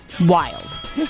Wild